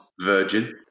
virgin